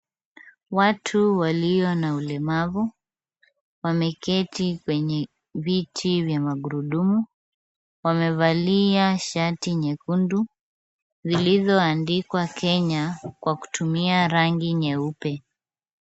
Watu walio na ulemavu wameketi kwenye viti vya magurudumu, wamevalia shati nyekundu, zilizoandikwa Kenya kwa kutumia rangi nyeupe.